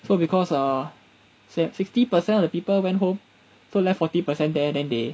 so because ah s~ sixty percent of the people went home so left forty percent there then they